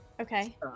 Okay